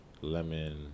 lemon